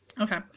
Okay